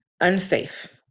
unsafe